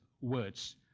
words